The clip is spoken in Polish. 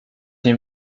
nie